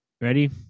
Ready